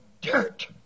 dirt